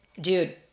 Dude